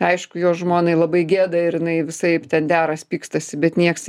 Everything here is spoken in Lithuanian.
aišku jo žmonai labai gėda ir jinai visaip ten deras pykstasi bet nieks